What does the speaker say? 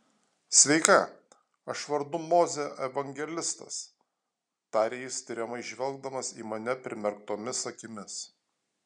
sveika aš vardu mozė evangelistas tarė jis tiriamai žvelgdamas į mane primerktomis akimis